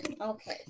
Okay